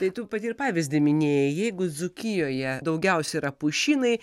tai tu pati ir pavyzdį minėjai jeigu dzūkijoje daugiausiai yra pušynai